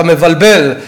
אתה מבלבל.